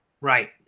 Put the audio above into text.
Right